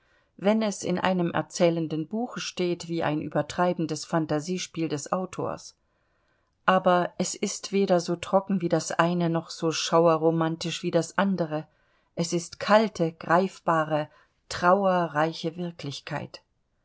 wenn es in einem erzählenden buche steht wie ein übertreibendes phantasiespiel des autors aber es ist weder so trocken wie das eine noch so schauerromantisch wie das andere es ist kalte greifbare trauerreiche wirklichkeit